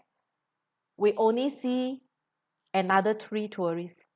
we only see another three tourist